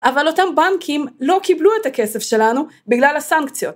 אבל אותם בנקים לא קיבלו את הכסף שלנו בגלל הסנקציות.